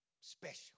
special